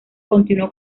continuó